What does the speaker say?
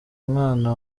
umwana